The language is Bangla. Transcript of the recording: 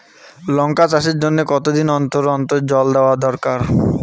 লঙ্কা চাষের জন্যে কতদিন অন্তর অন্তর জল দেওয়া দরকার?